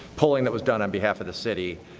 polling that was done on behalf of the city,